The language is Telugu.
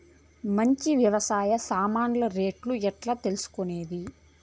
మంచి వ్యవసాయ సామాన్లు రేట్లు ఎట్లా తెలుసుకునేది?